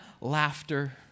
laughter